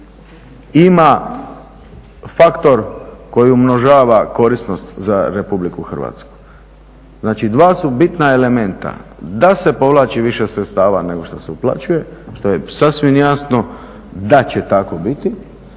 ima faktor koji umnožava korisnost za RH. Znači dva su bitna elementa, da se povlači više sredstava nego što se uplaćuje što je sasvim jasno da će tako biti,